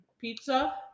Pizza